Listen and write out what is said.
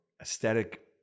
aesthetic